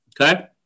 Okay